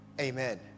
Amen